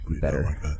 better